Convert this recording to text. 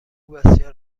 بسیار